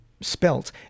spelt